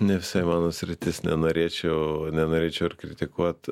ne visai mano sritis nenorėčiau nenorėčiau ir kritikuot